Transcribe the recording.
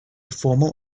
formal